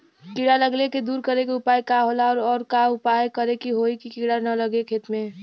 कीड़ा लगले के दूर करे के उपाय का होला और और का उपाय करें कि होयी की कीड़ा न लगे खेत मे?